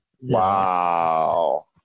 Wow